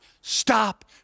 Stop